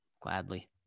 gladly